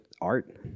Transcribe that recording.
art